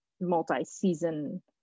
multi-season